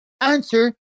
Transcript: answer